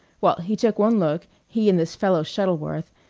well, he took one look, he and this fellow shuttleworth,